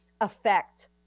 affect